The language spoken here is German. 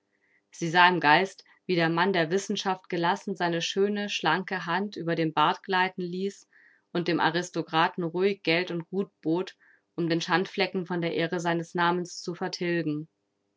sie sah im geist wie der mann der wissenschaft gelassen seine schöne schlanke hand über den bart gleiten ließ und dem aristokraten ruhig geld und gut bot um den schandflecken von der ehre seines namens zu vertilgen